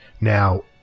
now